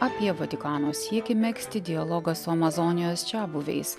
apie vatikano siekį megzti dialogą su amazonijos čiabuviais